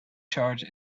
charge